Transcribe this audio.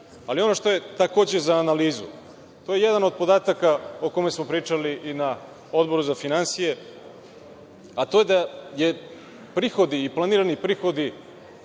Ono, što je takođe za analizu, to je jedan od podataka o kome smo pričali i na Odboru za finansije, a to je da prihodi i planirani prihodi